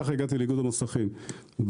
ככה הגעתי לאיגוד המוסכים ב-2005,